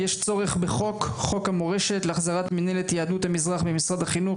יש צורך בחוק חוק המורשת להחזרת מינהלת יהדות המזרח למשרד החינוך,